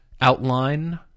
outline